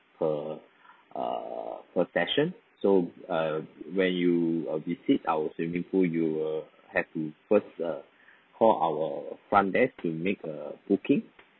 per uh per session so uh when you uh visit our swimming pool you will have to first uh call our front desk to make a booking